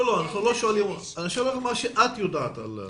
אני שואל על מה שאת יודעת.